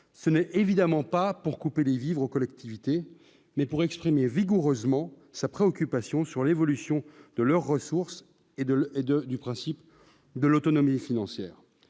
ce n'est évidemment pas pour couper les vivres aux collectivités, mais pour exprimer vigoureusement sa préoccupation sur l'évolution de leurs ressources et de l'aide du principe de l'autonomie financière